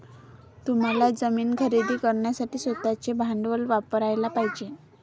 तुम्हाला जमीन खरेदी करण्यासाठी स्वतःचे भांडवल वापरयाला पाहिजे